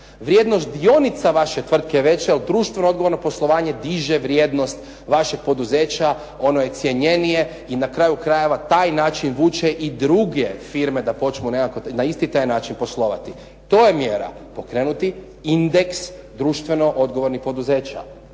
vrijednost dionica vaše tvrtke je veća jer društveno odgovorno poslovanje diže vrijednost vašeg poduzeća, ono je cjenjenije i na kraju krajeva, taj način vuče i druge firme da počnu nekako na isti taj način poslovati. To je mjera, pokrenuti indeks društveno odgovornih poduzeća.